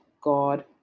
God